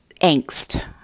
angst